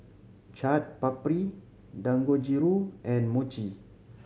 Chaat Papri Dangojiru and Mochi